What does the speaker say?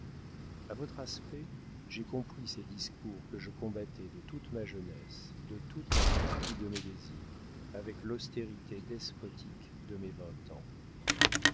a votre aspect j'ai compris ces discours que je combattais de toute ma jeunesse de toute la fougue de mes désirs avec l'austérité despotique de mes vingt ans